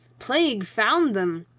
plague found them!